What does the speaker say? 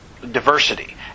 Diversity